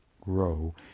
grow